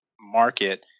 market